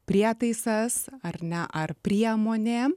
prietaisas ar ne ar priemonė